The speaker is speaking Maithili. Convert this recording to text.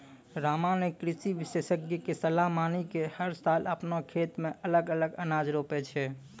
रामा नॅ कृषि विशेषज्ञ के सलाह मानी कॅ हर साल आपनों खेतो मॅ अलग अलग अनाज रोपै छै